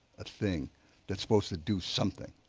a thing that's supposed to do something.